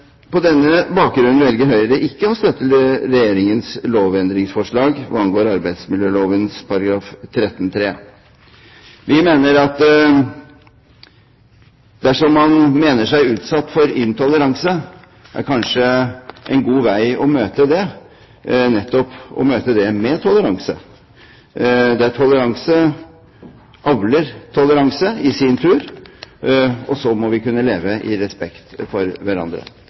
På denne bakgrunn velger Høyre ikke å støtte Regjeringens lovendringsforslag hva angår arbeidsmiljøloven § 13-3 tredje ledd. Vi mener at dersom man mener å være utsatt for intoleranse, er det kanskje en god vei å møte det nettopp med toleranse. Toleranse avler toleranse i sin tur, og så må vi kunne leve med respekt for hverandre.